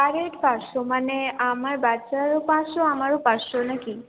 পার head পাঁচশো মানে আমার বাচ্চারও পাঁচশো আমারও পাঁচশো নাকি